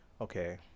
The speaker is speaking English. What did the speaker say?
okay